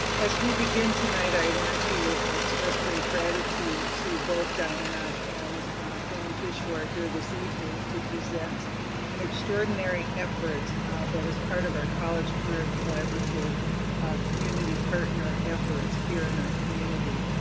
as we begin tonight, i want to i express great gratitude to both diana and amy fish, who are here this evening to present an extraordinary effort that is part of our college, career and collaborative community partner efforts here in our community.